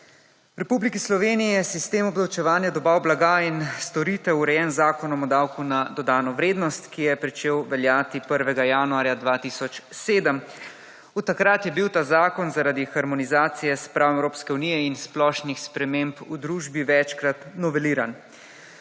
V Republiki Sloveniji je sistem obdavčevanja dobav blaga in storitev urejen z Zakonom o davku na dodano vrednost, ki je pričel veljati 1. januarja 2007. Od takrat je bil ta zakon zaradi harmonizacije s pravom Evropske unije in splošnih sprememb v družbi večkrat noveliran.